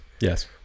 Yes